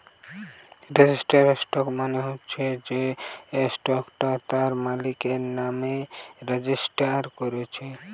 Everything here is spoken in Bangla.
রেজিস্টার্ড স্টক মানে হচ্ছে যেই স্টকটা তার মালিকের নামে রেজিস্টার কোরছে